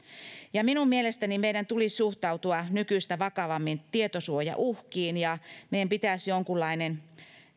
minun mielestäni meidän tulisi suhtautua nykyistä vakavammin tietosuojauhkiin ja meidän pitäisi jonkunlainen